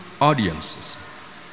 audiences